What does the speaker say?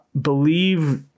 believe